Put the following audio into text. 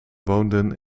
woonden